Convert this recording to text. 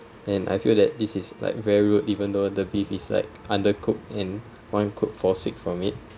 and I feel that this is like very rude even though the beef is like undercooked and one could fall sick from it